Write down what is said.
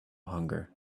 hunger